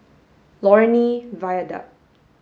Lornie Viaduct